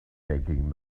taking